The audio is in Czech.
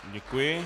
Děkuji.